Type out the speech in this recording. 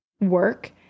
work